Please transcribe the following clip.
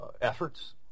efforts